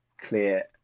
clear